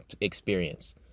experience